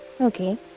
Okay